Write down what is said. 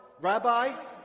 Rabbi